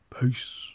Peace